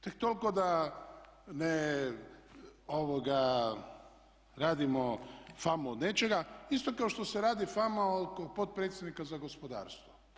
Tek toliko da ne radimo famu od nečega, isto kao što se radi fama oko potpredsjednika za gospodarstvo.